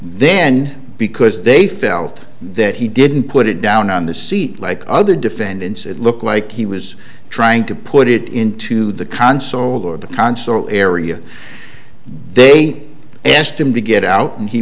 then because they felt that he didn't put it down on the seat like other defendants it looked like he was trying to put it into the console or the console area they asked him to get out and he